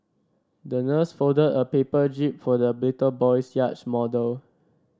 the nurse folded a paper jib for the little boy's yacht model